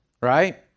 right